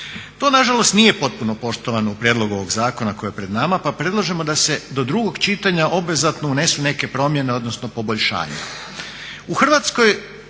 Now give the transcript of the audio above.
To nažalost nije potpuno poštovano u prijedlogu ovog zakona koji je pred nama pa predlažemo da se do drugog čitanja obvezatno unesu neke promjene odnosno poboljšanja.